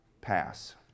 pass